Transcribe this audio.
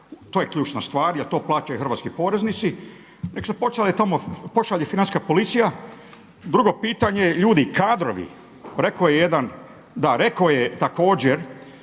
to je ključna stvar jer to plaćaju hrvatski poreznici. Nek' se pošalje tamo Financijska policija. Drugo pitanje je ljudi kadrovi. Rekao je jedan, da rekao je također